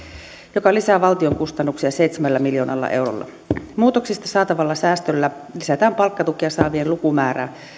mikä lisää valtion kustannuksia seitsemällä miljoonalla eurolla muutoksista saatavalla säästöllä lisätään palkkatukea saavien lukumäärää